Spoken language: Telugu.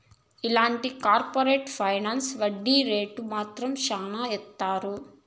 ఇలాంటి కార్పరేట్ ఫైనాన్స్ వడ్డీ రేటు మాత్రం శ్యానా ఏత్తారు